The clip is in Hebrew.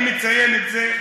אני מציין את זה.